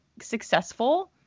successful